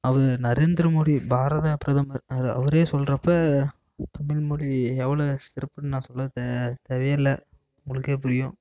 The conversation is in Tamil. அவர் நரேந்திர மோடி பாரத பிரதமர் அவர் அவரே சொல்றப்போ தமிழ்மொழி எவ்வளோ சிறப்புன்னு நான் சொல்லத் தேவை இல்லை உங்களுக்கே புரியும்